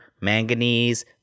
manganese